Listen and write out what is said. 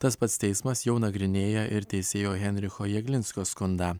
tas pats teismas jau nagrinėja ir teisėjo henricho jeglinsko skundą